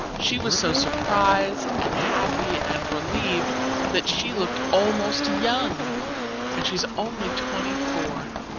she was so surprised and happy and relieved that she looked almost young and she's only twenty-four.